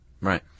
Right